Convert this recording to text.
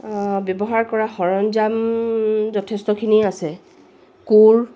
ব্যৱহাৰ কৰা সৰঞ্জাম যথেষ্টখিনিয়ে আছে কোৰ